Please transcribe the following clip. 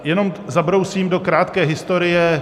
Jenom zabrousím do krátké historie.